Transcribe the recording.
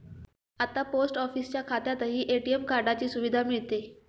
आता पोस्ट ऑफिसच्या खात्यातही ए.टी.एम कार्डाची सुविधा मिळते